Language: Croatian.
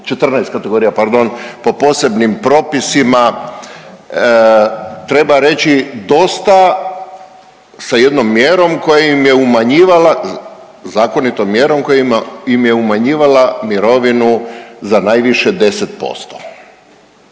14 kategorija pardon, po posebnim propisima treba reći dosta sa jednom mjerom koja im je umanjivala, zakonitom mjerom koja im je umanjivala mirovinu za najviše 10%.